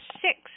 six